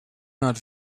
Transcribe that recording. naar